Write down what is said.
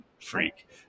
freak